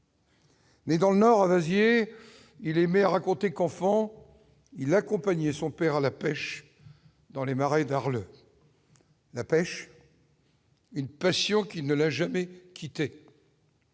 Mais dans le Nord, Asier il aimait raconter qu'enfant il accompagnait son père à la pêche dans les marais d'Arles. Une passion qui ne l'a jamais quittée.